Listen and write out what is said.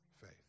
faith